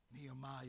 Nehemiah